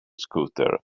scooter